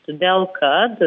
todėl kad